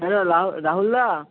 hello রাহুলদা